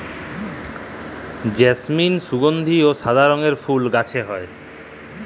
জেসমিল সুগলধি অ সাদা রঙের ফুল গাহাছে হয়